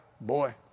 boy